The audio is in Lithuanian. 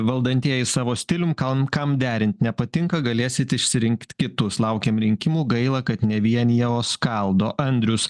valdantieji savo stilium kam kam derint nepatinka galėsit išsirinkt kitus laukiam rinkimų gaila kad ne vienija o skaldo andrius